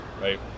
right